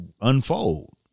unfold